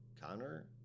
Connor